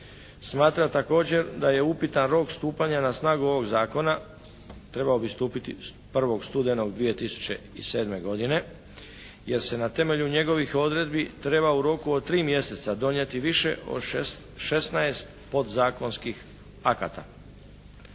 Smatra također da je upitan rok stupanja na snagu ovog zakona. Trebao bi stupiti 1. studenog 2007. godine jer se na temelju njegovih odredbi treba u roku od tri mjeseca donijeti više od 16 podzakonskih akata.